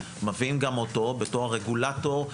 מביאים גם אותו בתור הרגולטור.